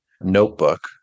notebook